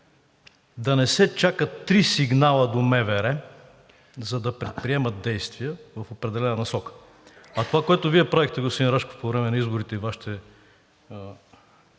да не се чакат три сигнала до МВР, за да предприемат действия в определена насока. А това, което Вие правехте, господин Рашков, по време на изборите и Вашите…